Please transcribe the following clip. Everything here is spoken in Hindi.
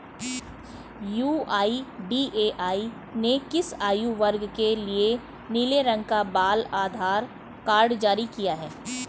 यू.आई.डी.ए.आई ने किस आयु वर्ग के लिए नीले रंग का बाल आधार कार्ड जारी किया है?